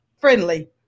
friendly